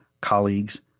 colleagues